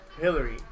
Hillary